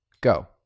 go